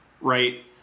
right